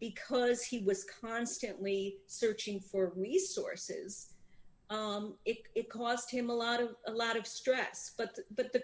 because he was constantly searching for resources it cost him a lot of a lot of stress but but the